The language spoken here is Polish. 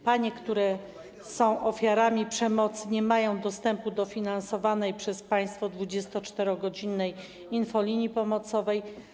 Panie, które są ofiarami przemocy, nie mają dostępu do finansowanej przez państwo 24-godzinnej infolinii pomocowej.